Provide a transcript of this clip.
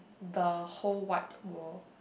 the whole wide world